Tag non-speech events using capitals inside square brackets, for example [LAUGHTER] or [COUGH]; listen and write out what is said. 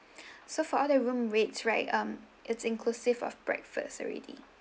[BREATH] so for all the room rates right um it's inclusive of breakfast already